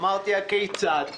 אמרתי, הכיצד?